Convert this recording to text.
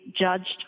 judged